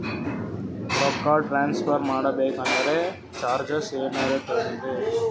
ರೊಕ್ಕ ಟ್ರಾನ್ಸ್ಫರ್ ಮಾಡಬೇಕೆಂದರೆ ಚಾರ್ಜಸ್ ಏನೇನಿರುತ್ತದೆ?